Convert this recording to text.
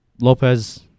Lopez